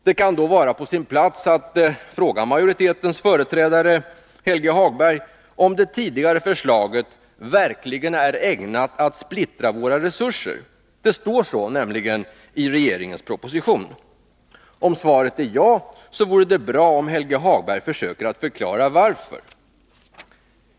Det kan då vara på sin plats att fråga majoritetens företrädare, Helge Hagberg, om det tidigare förslaget verkligen är ägnat att splittra våra resurser — det står nämligen så i regeringens proposition. Om svaret är ja, vore det bra om Helge Hagberg försökte förklara varför.